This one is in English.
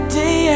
day